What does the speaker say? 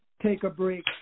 take-a-break